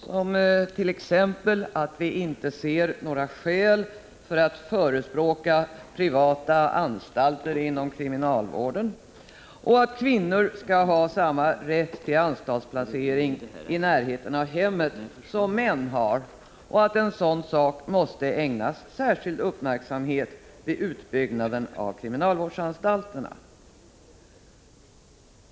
Vi ser t.ex. inte några skäl att förespråka privata anstalter inom kriminalvården, och vi anser att kvinnor skall ha samma rätt till anstaltsplacering i närheten av hemmet som män har. Den saken måste ägnas särskild uppmärksamhet vid utbyggnaden av kriminalvårdsanstalterna.